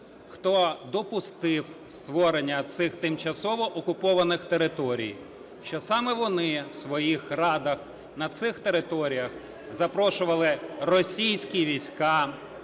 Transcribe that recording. хто допустив створення цих тимчасово окупованих територій, що саме вони в своїх радах на цих територіях запрошували російські війська